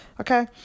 Okay